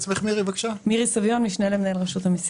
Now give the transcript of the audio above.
לצורך מניעת מהילת